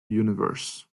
universe